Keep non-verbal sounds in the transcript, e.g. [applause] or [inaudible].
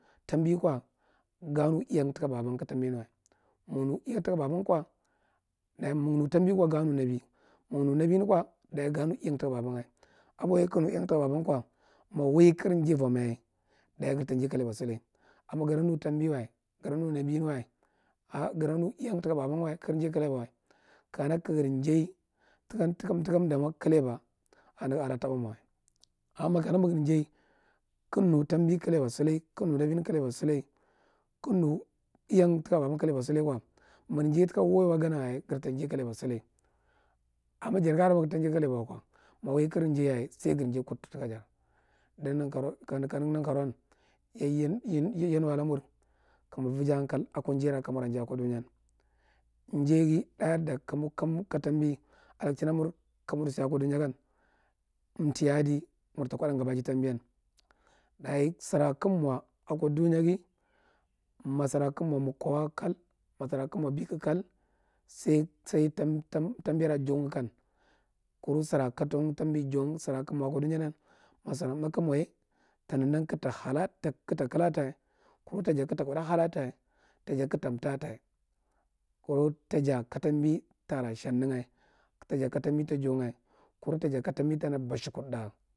Tambi kwa, ga nu iyang taka babang ka tambi nu’a mig nu iyang taka babang kwa, dayi mig mu tambi kwa ga nu vabi ni kwa, dayi ga nu iyan taka babaga. Abwahiya kig nu iyang taka babang kwa, ma wai kigar njai vwam yabe, dayi garta njai kalleba salai. Amma gada nu tambi wa, gada nu vabi ni wa. a gdda nu iyang taka babang ui kogar mai kaleba. Kana kagza njai taka amda damwa kateba a’a nogan ada tabar mwa wa. Amma makana magi njai kag mi tambi kaleba solai, kag nn nabi ni kaleba suali, kag nm iyang taka babang kaleba salai kwa, magar njai taka wai gana yaye gar ta njai kaleba salai. Amma jair ga aran ma gar wai kigar njai saigar njai kutu taka ja lan nankaro’an, ka naga nankaro am yan- yan ya mu alamar, kamur vaji hankal akwa njai ra kamma njai akwa dunyan. Njai ga da yanda kamu kamar sa akwa dunya gan, mta ye adi, murte kwadā ngaba aji tambiyan. Dayi sara kig mwa akwa dunya, ma sara kig mwa mulkawa kal, ma sara kig mwa bika kal sai- sai tambi tambi ra jan nat kan kuru sara ku [unintelligible] sara kig mwa akwa dunya ndan, ma sara mna kig mwa ye ta mwndadan kig ta kala ta, kwata hatata kuma ta ja ka’gta hala ta taja kigta mta ta. Kunu ta jau ka tambi tara jamnga, kuma ta sa ka tambi ta bashukundnga.